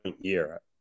year